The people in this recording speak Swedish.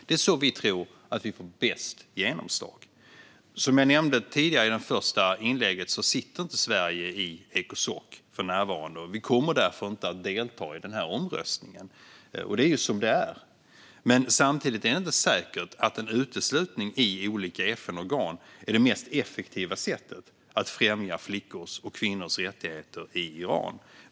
Det är så vi tror att vi får bäst genomslag. Som jag nämnde i mitt första inlägg sitter Sverige inte i Ecosoc för närvarande, och vi kommer därför inte att delta i omröstningen. Det är ju som det är. Men samtidigt är det inte säkert att en uteslutning ur olika FNorgan är det mest effektiva sättet att främja flickors och kvinnors rättigheter i Iran.